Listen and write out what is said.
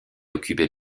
occupée